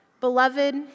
Beloved